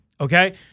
Okay